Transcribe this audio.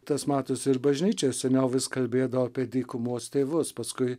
tas matosi ir bažnyčioj seniau vis kalbėdavo apie dykumos tėvus paskui